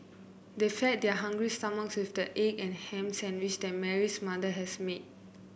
they fed their hungry stomachs with the egg and hams sandwiches that Mary's mother has made